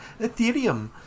Ethereum